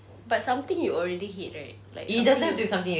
but something you already hate right like something